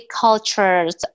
cultures